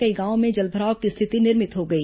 कई गांवों में जलभराव की स्थिति निर्मित हो गई